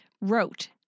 wrote